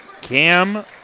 Cam